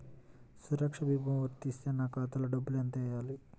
సురక్ష భీమా వర్తిస్తే నా ఖాతాలో డబ్బులు ఎంత వేయాలి?